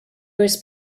was